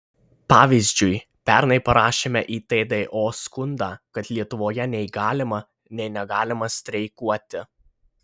pavyzdžiui pernai parašėme į tdo skundą kad lietuvoje nei galima nei negalima streikuoti